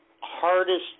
hardest